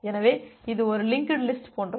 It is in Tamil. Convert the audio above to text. எனவே இது ஒரு லிங்குடு லிஸ்ட் போன்றது